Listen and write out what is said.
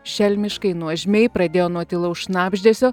šelmiškai nuožmiai pradėjo nuo tylaus šnabždesio